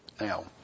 Now